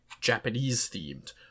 Japanese-themed